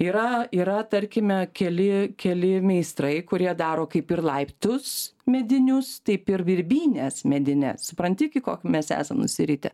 yra yra tarkime keli keli meistrai kurie daro kaip ir laiptus medinius taip ir birbynes medines supranti iki ko mes esam nusiritę